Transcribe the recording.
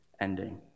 ending